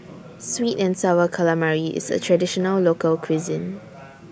Sweet and Sour Calamari IS A Traditional Local Cuisine